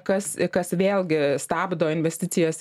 kas kas vėlgi stabdo investicijas